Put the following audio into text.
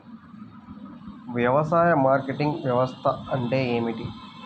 వ్యవసాయ మార్కెటింగ్ వ్యవస్థ అంటే ఏమిటి?